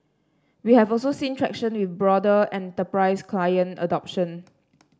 we have also seen traction with broader enterprise client adoption